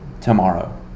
tomorrow